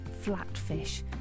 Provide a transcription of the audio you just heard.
flatfish